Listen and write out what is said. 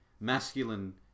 masculine